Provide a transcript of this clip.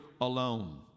alone